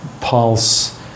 pulse